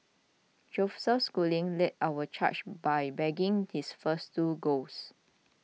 Joseph Schooling led our charge by bagging his first two golds